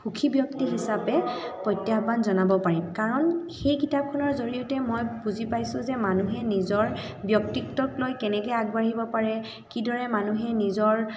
সুখী ব্যক্তি হিচাপে প্ৰত্যাহ্বান জনাব পাৰিম কাৰণ সেই কিতাপখনৰ জৰিয়তে মই বুজি পাইছোঁ যে মানুহে নিজৰ ব্যক্তিত্বক লৈ কেনেকৈ আগবাঢ়িব পাৰে কিদৰে মানুহে নিজৰ